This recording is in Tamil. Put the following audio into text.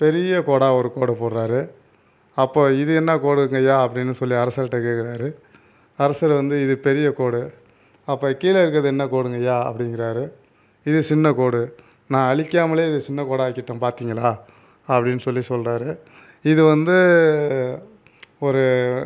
பெரிய கோடாக ஒரு கோடு போடுகிறாரு அப்போது இது என்ன கோடுங்கய்யா அப்படின்னு சொல்லி அரசர்கிட்ட கேட்குறாரு அரசர் வந்து இது பெரிய கோடு அப்போ கீழே இருக்கிறது என்ன கோடுங்கய்யா அப்படிங்கிறாரு இது சின்னக்கோடு நான் அழிக்காமலே இதை சின்னக்கோடாக ஆக்கிட்டேன் பார்த்தீங்களா அப்படின்னு சொல்லி சொல்கிறாரு இது வந்து ஒரு